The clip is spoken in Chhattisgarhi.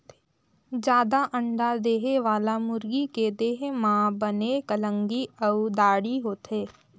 जादा अंडा देहे वाला मुरगी के देह म बने कलंगी अउ दाड़ी होथे